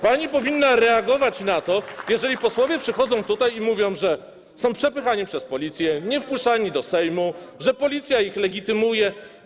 Pani powinna reagować na to, jeżeli posłowie przychodzą tutaj i mówią, że są przepychani przez policję, niewpuszczani do Sejmu, że policja ich legitymuje.